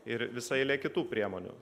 ir visa eilė kitų priemonių